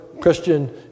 Christian